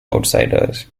outsiders